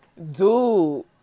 Dude